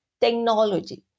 technology